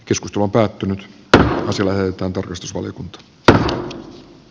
keskustelu päättyy tänään sillä että perustusvaliokunta a